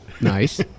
Nice